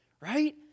right